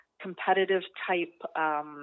competitive-type